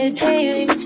baby